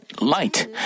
light